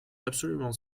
absolument